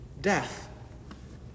death